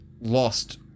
lost